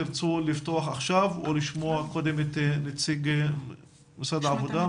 תרצו לפתוח עכשיו או לשמוע קודם את נציג משרד העבודה?